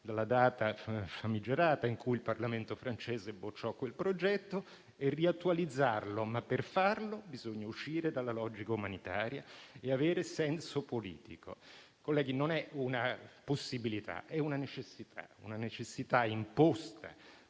dalla data famigerata, in cui il Parlamento francese bocciò quel progetto e riattualizzarlo, ma per farlo bisogna uscire dalla logica umanitaria e avere senso politico. Colleghi, non è una possibilità, ma è una necessità imposta